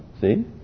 See